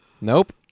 Nope